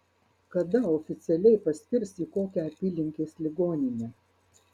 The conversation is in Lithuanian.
kada oficialiai paskirs į kokią apylinkės ligoninę